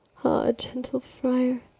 ah, gentle friar,